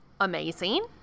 Amazing